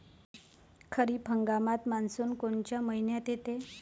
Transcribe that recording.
खरीप हंगामात मान्सून कोनच्या मइन्यात येते?